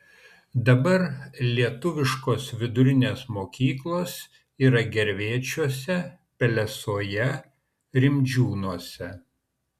dabar lietuviškos vidurinės mokyklos yra gervėčiuose pelesoje rimdžiūnuose